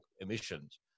emissions